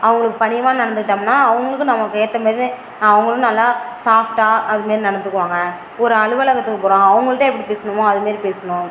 அவங்களுக்கு பணிவாக நடந்துக்கிட்டோம்னா அவங்களுக்கும் நமக்கு ஏற்ற மாதிரி அவங்களும் நல்லா சாஃப்ட்டாக அது மாரி நடந்துகுவாங்க ஒரு அலுவலகத்துக்கு போகிறோம் அவங்கள்ட்ட எப்படி பேசணுமோ அது மாரி பேசணும்